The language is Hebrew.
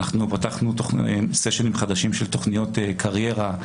אנחנו פתחנו סשנים חדשים של תכניות קריירה,